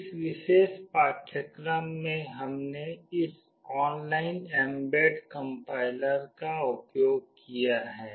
इस विशेष पाठ्यक्रम में हमने इस ऑनलाइन एमबेड कम्पाइलर का उपयोग किया है